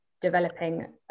developing